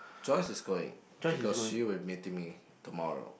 Joyce is going because she will meeting me tomorrow